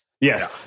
Yes